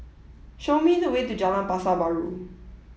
show me the way to Jalan Pasar Baru